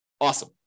Awesome